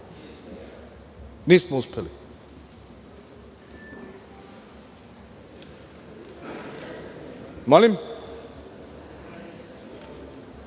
Možete